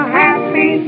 happy